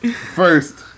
First